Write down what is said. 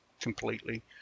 completely